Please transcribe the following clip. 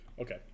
okay